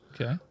Okay